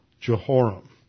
Jehoram